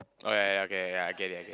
orh ya ya ya okay ya I get it I get it